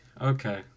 Okay